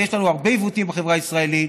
ויש לנו הרבה עיוותים בחברה הישראלית,